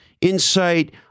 insight